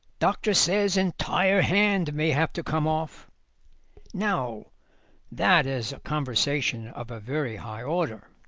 doctor says entire hand may have to come off now that is conversation of a very high order.